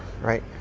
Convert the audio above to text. right